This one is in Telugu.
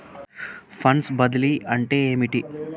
ఫండ్స్ బదిలీ అంటే ఏమిటి?